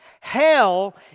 Hell